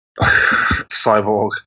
Cyborg